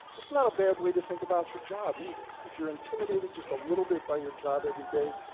that's not a bad way to think about your job either. if you're intimidated just a little bit by your job every day,